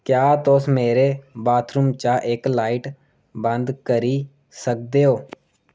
क्या तुस मेरे बाथरूम च इक लाइट बंद करी सकदे ओ